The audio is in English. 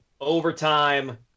overtime